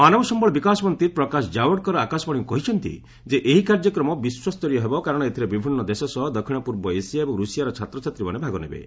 ମାନବ ସମ୍ଭଳ ବିକାଶ ମନ୍ତ୍ରୀ ପ୍ରକାଶ ଜାଭେଦକର ଆକାଶବାଣୀକୁ କହିଛନ୍ତି ଯେ ଏହି କାର୍ଯ୍ୟକ୍ରମ ବିଶ୍ୱସ୍ତରୀୟ ହେବ କାରଣ ଏଥିରେ ବିଭିନ୍ନ ଦେଶ ସହ ଦକ୍ଷିଣପୂର୍ବ ଏସିଆ ଏବଂ ରୁଷିଆର ଛାତ୍ରଛାତ୍ରୀମାନେ ଭାଗ ନେବେ